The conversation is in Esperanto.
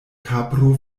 kapro